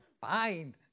Fine